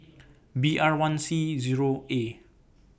B R one C Zero A